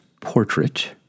Portrait